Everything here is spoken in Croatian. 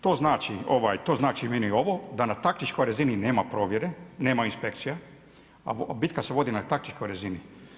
To znači meni ovo, da na taktičkoj razini nema provjere, nema inspekcija, a bitka se vodi na taktičkoj razini.